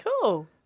cool